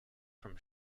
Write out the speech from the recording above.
from